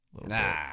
Nah